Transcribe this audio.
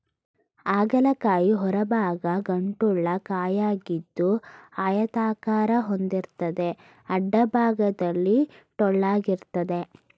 ಹಾಗಲ ಕಾಯಿ ಹೊರಭಾಗ ಗಂಟುಳ್ಳ ಕಾಯಿಯಾಗಿದ್ದು ಆಯತಾಕಾರ ಹೊಂದಿರ್ತದೆ ಅಡ್ಡಭಾಗದಲ್ಲಿ ಟೊಳ್ಳಾಗಿರ್ತದೆ